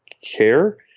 care